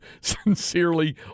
sincerely